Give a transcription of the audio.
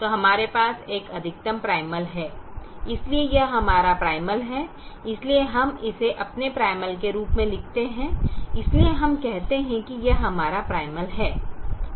तो हमारे पास एक अधिकतम प्राइमल है इसलिए यह हमारा प्राइमल है इसलिए हम इसे अपने प्राइमल के रूप में लिखते हैं इसलिए हम कहते हैं कि यह हमारा प्राइमल है